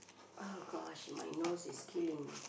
oh gosh my nose is killing me